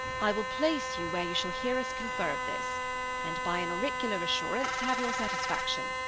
i will place you where you shall hear us confer of this and by an auricular assurance have your satisfaction,